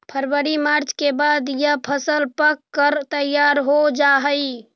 फरवरी मार्च के बाद यह फसल पक कर तैयार हो जा हई